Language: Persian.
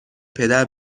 پدر